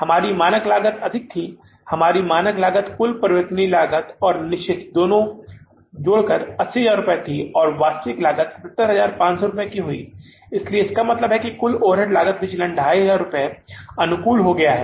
हमारी मानक लागत अधिक थी हमारी मानक लागत कुल परिवर्तनीय और निश्चित दोनों में 80000 थी और वास्तविक लागत में 77500 की हुई है इसलिए इसका मतलब है कि कुल ओवरहेड लागत विचलन 2500 रुपये के अनुकूल हो गया है